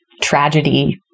tragedy